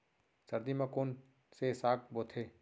सर्दी मा कोन से साग बोथे?